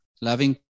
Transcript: loving